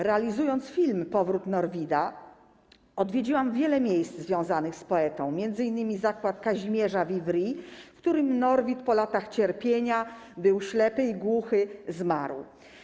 Realizując film „Powrót Norwida” odwiedziłam wiele miejsc związanych z poetą, m.in. zakład Kazimierza w Ivry, w którym Norwid po latach cierpienia - był ślepy i głuchy - zmarł.